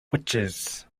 witches